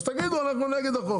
אז תגידו שאתם נגד החוק.